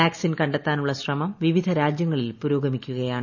vaccine കണ്ടെത്താനുള്ള് ശ്രമ്ം വിവിധ രാജ്യങ്ങളിൽ പുരോഗമിക്കുകയാണ്